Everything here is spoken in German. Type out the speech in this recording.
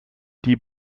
die